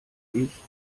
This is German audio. ich